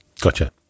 Gotcha